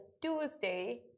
Tuesday